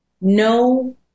no